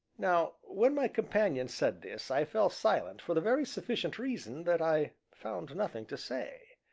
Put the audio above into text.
now when my companion said this i fell silent, for the very sufficient reason that i found nothing to say.